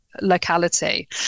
locality